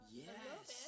yes